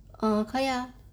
err 可以 ah